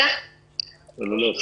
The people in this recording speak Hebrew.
לא?